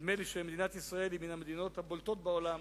נדמה לי שמדינת ישראל היא מהמדינות הבולטות בעולם,